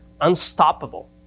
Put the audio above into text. unstoppable